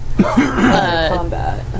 Combat